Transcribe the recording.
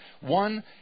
One